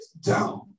down